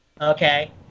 Okay